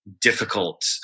difficult